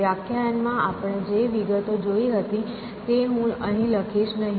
વ્યાખ્યાયન માં આપણે જે વિગતો જોઈ હતી તે હું અહીં લખીશ નહીં